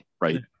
right